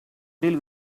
deal